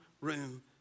room